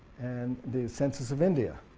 and the census of india,